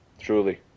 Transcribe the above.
truly